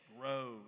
grows